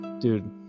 dude